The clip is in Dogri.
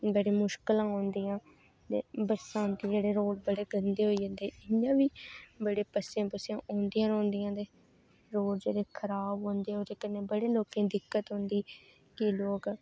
असें बड़ी मुश्कलां औंदियां ते बरसांती जेह्ड़े रोड़ ळबड़े गंदे होई जंदे इयां बी बड़ियां पस्सियां पुस्सियां पौंदियां रौंह्दियां अदे रोड़ जेह्ड़े खराब होंदे ओह्दे कन्नै बड़ी लोकें ई दिक्कत औंदी भी लोक जंदू